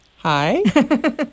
Hi